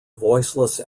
voiceless